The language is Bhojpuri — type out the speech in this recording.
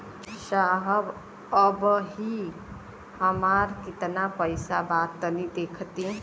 साहब अबहीं हमार कितना पइसा बा तनि देखति?